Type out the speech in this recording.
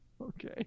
Okay